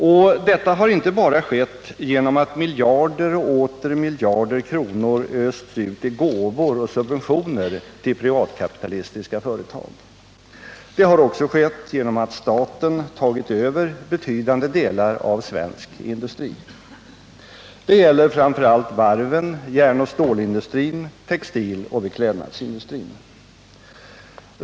Och detta har inte bara skett genom att miljarder och åter miljarder kronor östs ut i gåvor och subventioner till privatkapitalistiska företag. Det har också skett genom att staten har tagit över betydande delar av svensk industri. Det gäller framför allt varven, järnoch stålindustrin, textiloch beklädnadsindustrin.